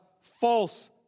false